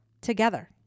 together